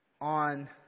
on